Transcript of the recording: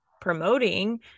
promoting